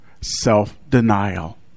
Self-denial